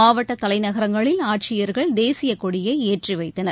மாவட்டத் தலைநகரங்களில் ஆட்சியர்கள் தேசிய கொடியை ஏற்றிவைத்தனர்